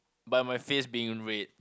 by my face being red